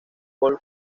gol